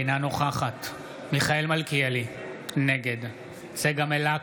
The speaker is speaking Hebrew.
אינה נוכחת מיכאל מלכיאלי, נגד צגה מלקו,